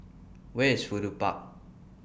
Where IS Fudu Park